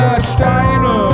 Steine